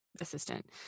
assistant